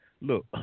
Look